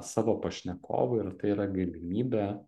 savo pašnekovui ir tai yra galimybė